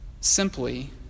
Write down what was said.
simply